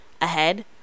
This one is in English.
ahead